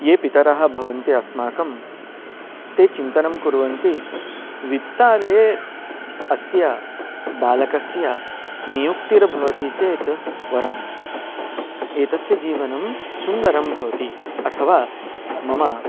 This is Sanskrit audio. ये पितरः भवन्ति अस्माकं ते चिन्तनं कुर्वन्ति वित्तालये अस्य बालकस्य नियुक्तिः भवति चेत् वरम् एतस्य जीवनं सुन्दरं भवति अथवा